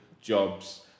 jobs